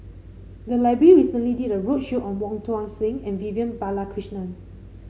the library recently did a roadshow on Wong Tuang Seng and Vivian Balakrishnan